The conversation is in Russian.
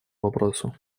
вопросу